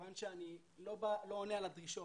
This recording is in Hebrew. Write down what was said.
מכיוון שאני לא עונה על הדרישות,